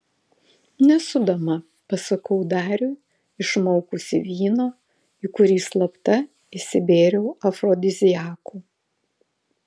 nesu dama pasakau dariui išmaukusi vyno į kurį slapta įsibėriau afrodiziakų